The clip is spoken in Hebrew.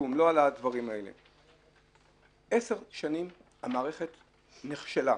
10 שנים המערכת נכשלה,